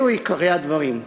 אלה עיקרי הדברים.